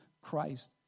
Christ